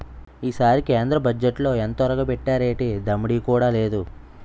ఈసారి కేంద్ర బజ్జెట్లో ఎంతొరగబెట్టేరేటి దమ్మిడీ కూడా లేదు